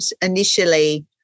initially